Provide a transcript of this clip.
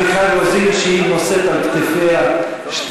והיא הייתה מאוד מאוד שמחה אם שני התיקונים היו מבוטלים כהוראת קבע.